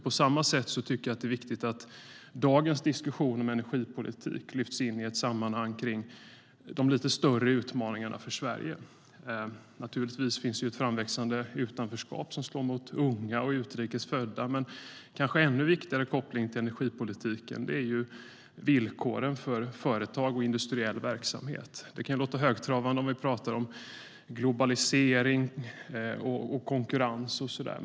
På samma sätt är det viktigt att dagens diskussion om energipolitik lyfts in i ett sammanhang med de lite större utmaningarna för Sverige. Det finns ett framväxande utanförskap som slår mot unga och utrikes födda. Men kanske en ännu viktigare koppling till energipolitiken är villkoren för företag och industriell verksamhet. Det kan låta högtravande om vi talar om globalisering, konkurrens och sådant.